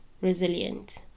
resilient